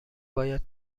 باید